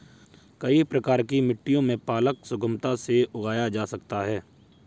कई प्रकार की मिट्टियों में पालक सुगमता से उगाया जा सकता है